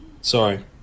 Sorry